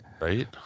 right